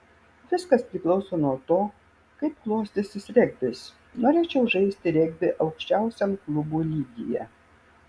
viskas priklauso nuo to kaip klostysis regbis norėčiau žaisti regbį aukščiausiam klubų lygyje